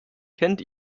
kennt